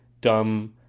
dumb